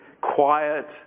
quiet